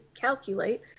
calculate